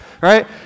right